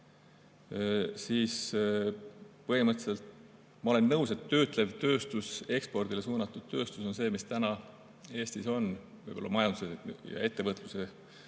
siis põhimõtteliselt ma olen nõus, et töötlev tööstus, ekspordile suunatud tööstus on see, mis täna on Eestis majanduse ja ettevõtluse